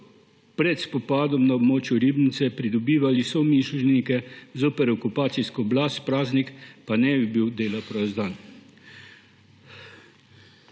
pred spopadom na območju Ribnice pridobivali somišljenike zoper okupacijsko oblast, praznik pa ne bi bil dela prost dan.